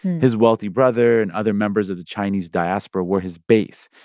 his wealthy brother and other members of the chinese diaspora were his base.